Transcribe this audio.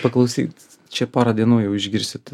paklausyt čia pora dienų jau išgirsit